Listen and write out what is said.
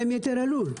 מה עם יתר הלול?